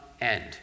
end